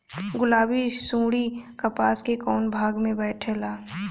गुलाबी सुंडी कपास के कौने भाग में बैठे ला?